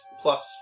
plus